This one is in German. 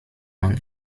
man